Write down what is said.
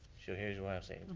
so, here's what i'm saying.